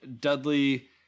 Dudley